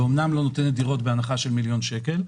ואומנם לא נותנת דירות בהנחה של מיליון שקל,